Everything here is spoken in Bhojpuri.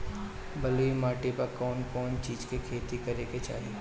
बलुई माटी पर कउन कउन चिज के खेती करे के चाही?